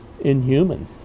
inhuman